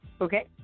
okay